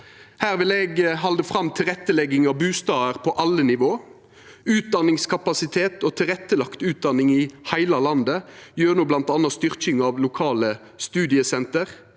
Her vil eg halda fram tilrettelegging av bustader på alle nivå, utdanningskapasitet og tilrettelagt utdanning i heile landet gjennom m.a. styrking av lokale studiesenter,